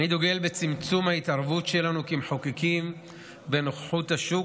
אני דוגל בצמצום ההתערבות שלנו כמחוקקים בכוחות השוק,